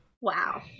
Wow